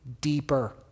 deeper